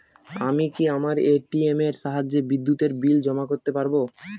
আমি কি আমার এ.টি.এম এর সাহায্যে বিদ্যুতের বিল জমা করতে পারব?